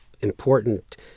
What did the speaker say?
important